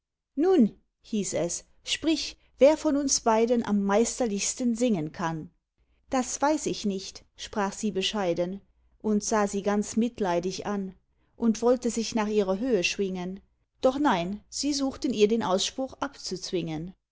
nun hieß es sprich wer von uns beiden am meisterlichsten singen kann das weiß ich nicht sprach sie bescheiden und sah sie ganz mitleidig an und wollte sich nach ihrer höhe schwingen doch nein sie suchten ihr den ausspruch abzuzwingen